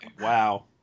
Wow